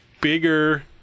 bigger